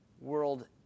World